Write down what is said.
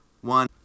one